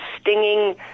stinging